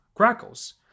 Crackles